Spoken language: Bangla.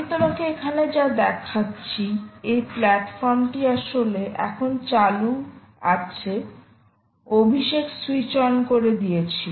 আমি তোমাকে এখানে যা দেখাচ্ছি এই প্ল্যাটফর্মটি আসলে এখন চালু আছে অভিষেক স্যুইচ অন করে দিয়েছিল